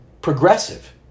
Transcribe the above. progressive